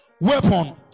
weapon